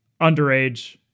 underage